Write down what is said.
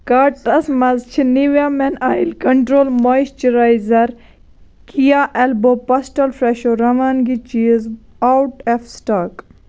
carts مَنٛز چھِ Nivea men oil control moisturiser کِیا ایلبو پاسٹل فرٛٮ۪شو روانٛگی چیٖز آوُٹ ایف سِٹاک